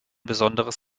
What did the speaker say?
besonderes